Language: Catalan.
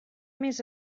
més